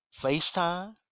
FaceTime